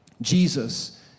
jesus